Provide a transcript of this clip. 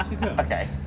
Okay